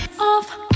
off